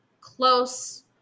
close